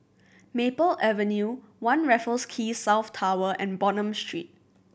Maple Avenue One Raffles Quay South Tower and Bonham Street